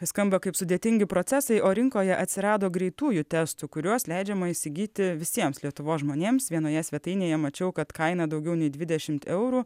skamba kaip sudėtingi procesai o rinkoje atsirado greitųjų testų kuriuos leidžiama įsigyti visiems lietuvos žmonėms vienoje svetainėje mačiau kad kaina daugiau nei dvidešimt eurų